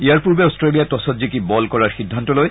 ইয়াৰ পূৰ্বে অট্টেলিয়াই টছত জিকি বল কৰাৰ সিদ্ধান্ত লয়